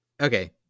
Okay